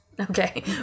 Okay